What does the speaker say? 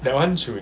that one should